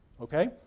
Okay